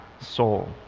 soul